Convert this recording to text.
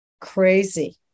crazy